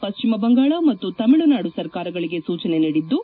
ಪಶ್ಚಿಮ ಬಂಗಾಳ ಮತ್ತು ತಮಿಳುನಾಡು ಸರ್ಕಾರಗಳಿಗೆ ಸೂಚನೆ ನೀಡಿದ್ದು